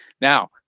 Now